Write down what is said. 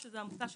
זה זמן ההמתנה עד